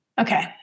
Okay